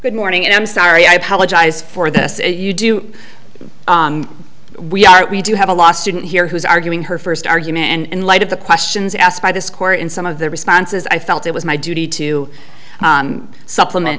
good morning and i'm sorry i apologize for this if you do we are we do have a law student here who is arguing her first argument and in light of the questions asked by this court in some of the responses i felt it was my duty to supplement